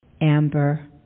Amber